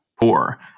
poor